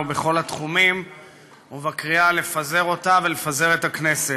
בכל התחומים ובקריאה לפזר אותה ולפזר את הכנסת,